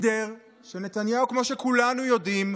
הסדר שנתניהו, כמו שכולנו יודעים,